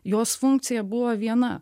jos funkcija buvo viena